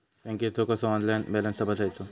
बँकेचो कसो online balance तपासायचो?